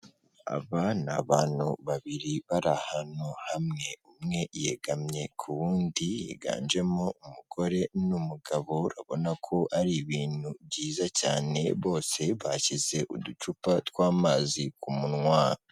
Aba ni abantu babiri bari ahantu hamwe, umwe yegamye ku wundi, yiganjemo umugore n'umugabo, urabona ko ari ibintu byiza cyane, bose bashyize uducupa tw'amazi ku munwa.